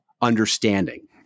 understanding